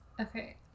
Okay